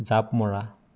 জাঁপ মৰা